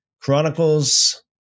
Chronicles